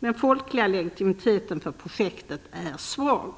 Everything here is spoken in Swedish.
Den folkliga legitimiteten för projektet är svag.